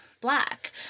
black